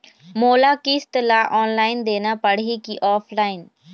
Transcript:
मोला किस्त ला ऑनलाइन देना पड़ही की ऑफलाइन?